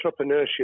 entrepreneurship